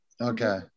Okay